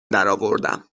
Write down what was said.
درآوردم